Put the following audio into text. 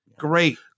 great